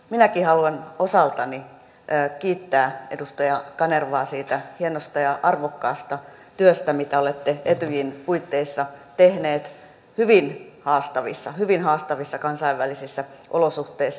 minäkin haluan osaltani kiittää edustaja kanervaa siitä hienosta ja arvokkaasta työstä mitä olette etyjin puitteissa tehnyt hyvin haastavissa kansainvälisissä olosuhteissa